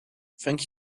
thank